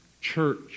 church